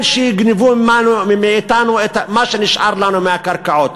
שיגנבו מאתנו את מה שנשאר לנו מהקרקעות.